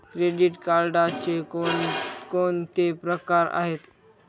Credit कार्डचे कोणकोणते प्रकार आहेत?